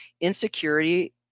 insecurity